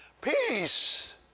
PEACE